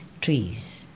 trees